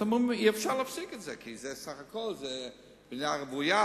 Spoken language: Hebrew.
אתם תאמרו: אי-אפשר להפסיק את זה כי זה בסך הכול בנייה רוויה,